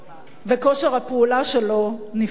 אבל כושר הפעולה שלו נפגע,